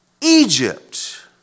Egypt